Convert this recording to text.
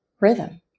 rhythm